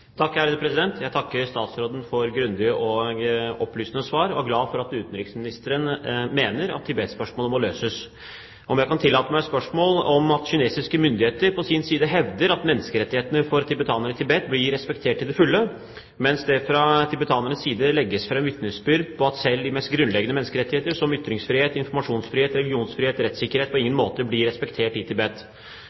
Jeg takker statsråden for et grundig og opplysende svar, og er glad for at utenriksministeren mener at Tibet-spørsmålet må løses. Kinesiske myndigheter hevder at menneskerettighetene for tibetanere i Tibet blir respektert til fulle, mens det fra tibetanernes side legges fram vitnesbyrd på at selv de mest grunnleggende menneskerettigheter, som ytringsfrihet, informasjonsfrihet, religionsfrihet og rettssikkerhet, på ingen måte blir respektert i Tibet.